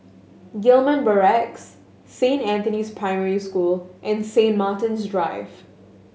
Gillman Barracks Saint Anthony's Primary School and Saint Martin's Drive